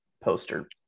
poster